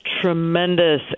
Tremendous